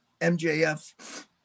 MJF